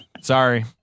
Sorry